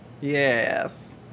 Yes